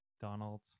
Donald